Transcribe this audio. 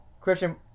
Christian